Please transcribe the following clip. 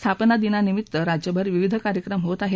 स्थापना दिनानिमित्त राज्यभर विविध कार्यक्रम होत आहेत